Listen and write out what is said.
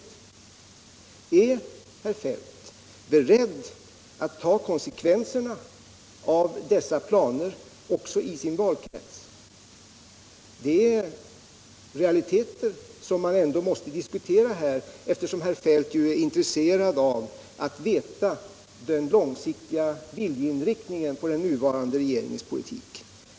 Är herr Feldt beredd att ta konsekvenserna av dessa planer också i sin valkrets? Detta är realiteter som måste diskuteras eftersom herr Feldt är intresserad av att veta den långsiktiga viljeinriktningen för den nuvarande regeringens politik.